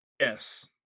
Yes